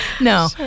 no